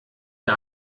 der